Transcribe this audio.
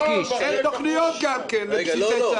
אין תוכניות גם לבסיסי צה"ל.